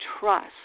trust